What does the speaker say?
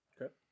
Okay